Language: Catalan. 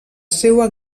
seua